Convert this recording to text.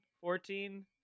fourteen